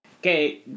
Okay